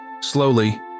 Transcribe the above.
Slowly